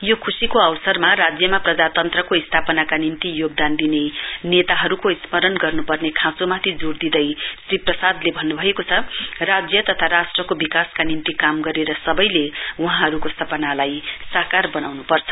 यो खुशीको अवसरमा राज्यमा प्रजान्त्रको स्थापनाका निम्ति योगदान दिने नेताहरुको स्मरण गर्न्पर्ने खाँचोमाथि जोड़ दिँदै श्री प्रसादले भन्नुभोय राज्य तथा राष्ट्रको विकासका निम्ति काम गरेर हामीले वहाँहरुको सपनालाई साकार बनाउन्पर्छ